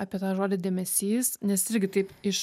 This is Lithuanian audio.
apie tą žodį dėmesys nes irgi taip iš